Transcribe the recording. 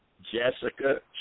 Jessica